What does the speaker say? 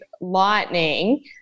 lightning